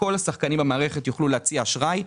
שכל השחקנים במערכת יוכלו להציע אשראי.